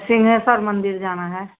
सिंहेश्वर मन्दिर जाना है